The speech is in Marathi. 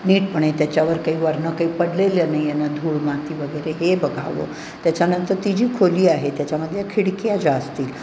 नीटपणे त्याच्यावर काही वरनं काही पडलेलं नाही आहे ना धूळ माती वगैरे हे बघावं त्याच्यानंतर ती जी खोली आहे त्याच्यामध्ये खिडक्या ज्या असतील